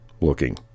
looking